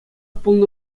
пулнӑ